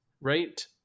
right